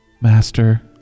Master